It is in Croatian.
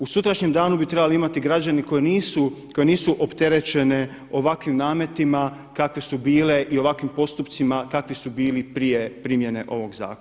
U sutrašnjem danu bi trebali imati građani koji nisu opterećeni ovakvim nametima kakve su bile i ovakvim postupcima kakvi su bili prije primjene ovog zakona.